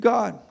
God